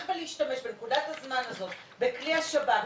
ולהשתמש בנקודת הזמן הזאת בכלי השב"כ,